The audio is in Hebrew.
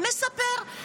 מספר,